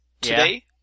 today